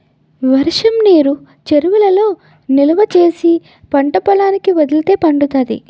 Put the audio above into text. వర్షంనీరు చెరువులలో నిలవా చేసి పంటపొలాలకి వదిలితే పండుతాది